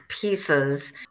pieces